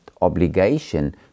obligation